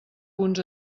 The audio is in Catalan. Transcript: punts